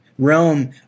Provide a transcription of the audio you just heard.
Rome